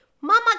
mama